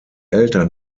eltern